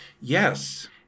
Yes